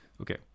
okay